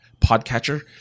podcatcher